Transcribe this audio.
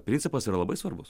principas yra labai svarbus